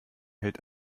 hält